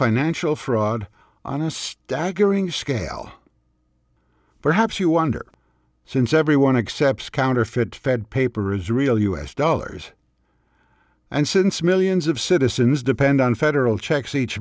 financial fraud on a staggering scale perhaps you wonder since everyone except counterfeit fed paper is real u s dollars and since millions of citizens depend on federal checks each